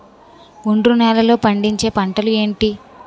ఒండ్రు నేలలో పండించే పంటలు ఏంటి?